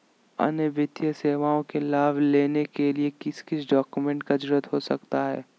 अन्य वित्तीय सेवाओं के लाभ लेने के लिए किस किस डॉक्यूमेंट का जरूरत हो सकता है?